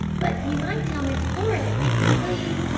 but you might tell miss flora if you please.